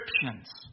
descriptions